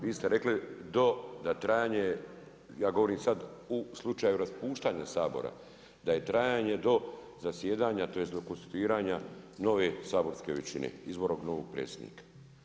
Vi ste rekli do, da trajanje, ja govorim sad u slučaju raspuštanja Sabora da je trajanje do zasjedanja, tj. do konstituiranja nove saborske većine, izborom novog predsjednika.